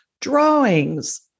drawings